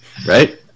Right